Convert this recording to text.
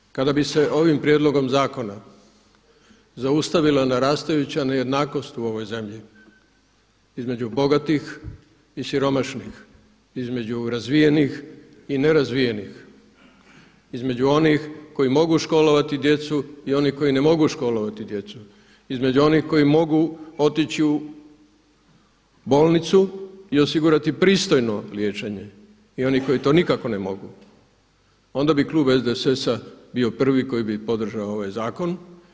Drugo, kada bi se ovim prijedlogom zakona zaustavila narastajuća nejednakost u ovoj zemlji između bogatih i siromašnih, između razvijenih i nerazvijenih, između onih koji mogu školovati djecu i onih koji ne mogu školovati djecu, između onih koji mogu otići u bolnicu i osigurati pristojno liječenje i onih koji to nikako ne mogu onda bi klub SDSS-a bio prvi koji bi podržao ovaj zakon.